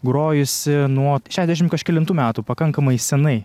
grojusi nuo šešiasdešimt kažkelintų metų pakankamai seniai